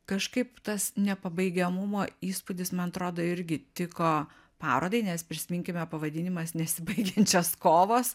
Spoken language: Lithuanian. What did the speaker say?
kažkaip tas nepabaigiamumo įspūdis man atrodo irgi tiko parodai nes prisiminkime pavadinimas nesibaigiančios kovos